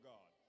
God